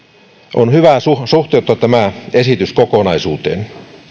on hyvä suhteuttaa tämä esitys kokonaisuuteen